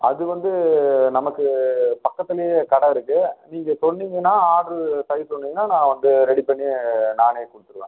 அது வந்து நமக்குப் பக்கத்துலேயே கடை இருக்குது நீங்கள் சொன்னிங்கன்னா ஆட்ரு செய்ய சொன்னிங்கன்னா நான் வந்து ரெடி பண்ணி நானே கொடுத்துடுவன்